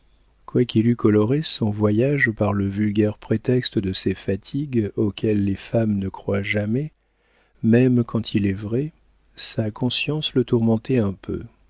quoiqu'il eût coloré son voyage par le vulgaire prétexte de ses fatigues auquel les femmes ne croient jamais même quand il est vrai sa conscience le tourmentait un peu